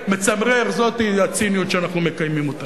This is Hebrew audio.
ומצמרר, זאת הציניות שאנחנו מקיימים אותה.